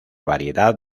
variedad